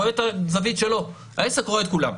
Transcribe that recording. רואה את הזווית שלו העסק רואה את כולם,